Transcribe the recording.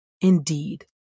Indeed